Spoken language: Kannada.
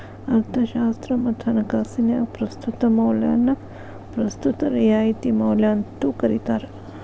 ಅರ್ಥಶಾಸ್ತ್ರ ಮತ್ತ ಹಣಕಾಸಿನ್ಯಾಗ ಪ್ರಸ್ತುತ ಮೌಲ್ಯನ ಪ್ರಸ್ತುತ ರಿಯಾಯಿತಿ ಮೌಲ್ಯ ಅಂತೂ ಕರಿತಾರ